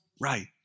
right